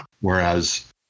whereas